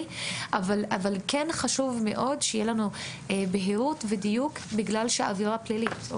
כן חשוב מאוד שתהיה לנו בהירות ודיוק כי זאת עבירה פלילית.